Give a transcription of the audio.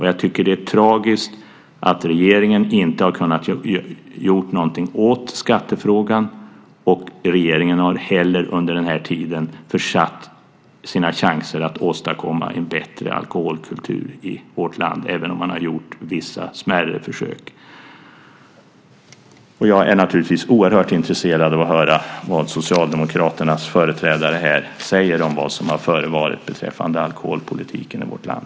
Jag tycker att det är tragiskt att regeringen inte har kunnat göra någonting åt skattefrågan. Regeringen har under denna tid också försuttit sina chanser att åstadkomma en bättre alkoholkultur i vårt land, även om man har gjort vissa smärre försök. Jag är naturligtvis oerhört intresserad av att höra vad Socialdemokraternas företrädare här säger om vad som har förevarit beträffande alkoholpolitiken i vårt land.